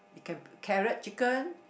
you can carrot chicken